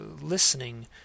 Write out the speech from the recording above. listening